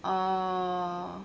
oh